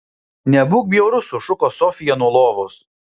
nebūk bjaurus sušuko sofija nuo lovos